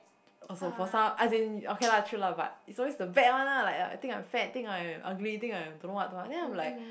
also for some as in okay lah true lah but it's always the bad one lah like uh think I'm fat think I'm ugly think I'm don't know what don't know what then I'm like